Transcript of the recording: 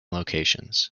locations